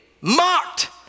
mocked